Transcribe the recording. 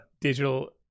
digital